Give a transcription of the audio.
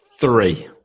three